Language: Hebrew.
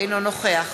אינו נוכח